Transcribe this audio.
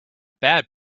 bad